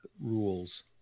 rules